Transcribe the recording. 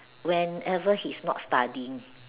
whenever he's not studying